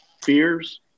fears